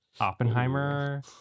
Oppenheimer